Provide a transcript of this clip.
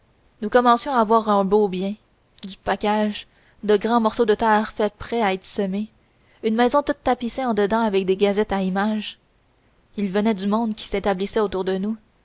nous commencions à avoir un beau bien du pacage de grands morceaux de terre faite prêts à être semés une maison toute tapissée en dedans avec des gazettes à images il venait du monde qui s'établissait autour de nous